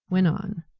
went on,